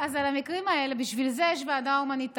אז בסדר, בשביל זה יש ועדה הומניטרית